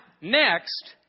next